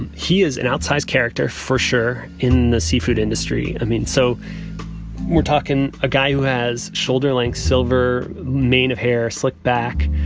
and he is an outsized character for sure, in the seafood industry. i mean, so we're talking a guy who has shoulder-length, silver mane of hair, slicked back,